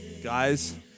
Guys